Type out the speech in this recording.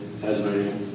Tasmania